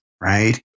right